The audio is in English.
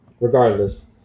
regardless